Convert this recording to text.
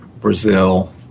Brazil